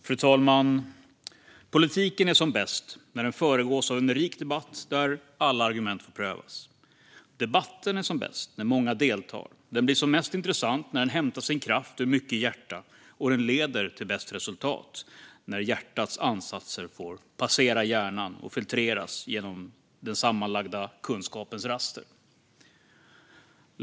Fru talman! Politiken är som bäst när den föregås av en rik debatt där alla argument får prövas. Debatten är som bäst när många deltar, blir som mest intressant när den hämtar sin kraft ur mycket hjärta och leder till bäst resultat när hjärtats ansatser får passera hjärnan och filtreras genom den sammanlagda kunskapens raster.